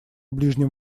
ближнем